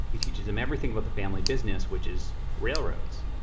he teaches them everything about the family business which is railroads